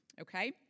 Okay